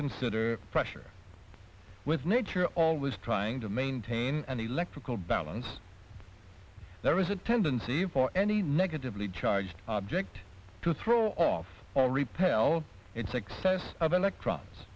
consider pressure with nature always trying to maintain an electrical balance there is a tendency for any negatively charged ject to throw off all repel its excess of electrons